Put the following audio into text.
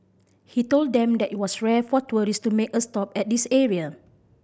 he told them that it was rare for tourist to make a stop at this area